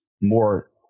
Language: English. more